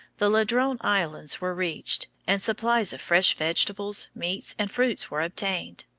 the ladrone islands were reached, and supplies of fresh vegetables, meats, and fruits were obtained.